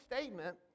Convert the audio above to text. statement